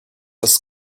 das